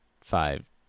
five